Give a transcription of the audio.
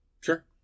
Sure